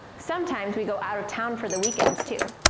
sometimes we go out of town for the weekends, too.